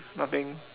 nothing